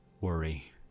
worry